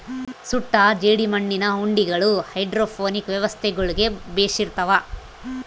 ಸುಟ್ಟ ಜೇಡಿಮಣ್ಣಿನ ಉಂಡಿಗಳು ಹೈಡ್ರೋಪೋನಿಕ್ ವ್ಯವಸ್ಥೆಗುಳ್ಗೆ ಬೆಶಿರ್ತವ